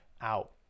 out